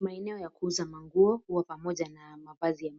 Maeneo ya kuuza manguo uwa pamoja na mavazi ya